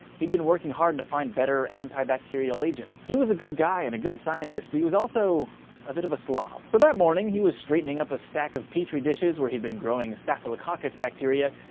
he'd been working hard to find better antibacterial agents. he was a good guy and a good scientist, but he was also a bit of a slob. so that morning he was straightening a stack of petri dishes, where he'd been growing a staphylococcus bacteria,